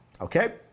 okay